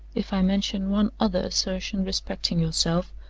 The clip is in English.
if i mention one other assertion respecting yourself,